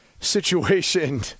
situation